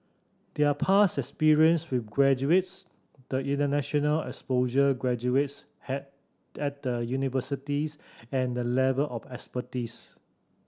their past experience with graduates the international exposure graduates had at the universities and the level of expertise